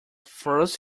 first